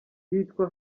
cyitwa